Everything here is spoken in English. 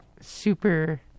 super